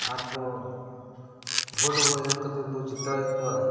ᱟᱨᱵᱚᱱ ᱵᱷᱳᱴ ᱵᱚᱱ ᱮᱢ ᱠᱟᱛᱮᱵᱚᱱ ᱡᱤᱛᱟᱹᱣᱮᱫ ᱠᱚᱣᱟ